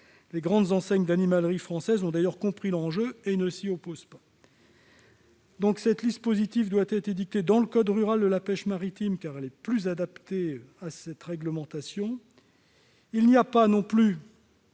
Les grandes enseignes d'animalerie françaises ont compris l'enjeu et ne s'y opposent pas. Cette liste positive doit être édictée dans le code rural et de la pêche maritime, car elle est plus adaptée à cette réglementation. Il n'y a pas de race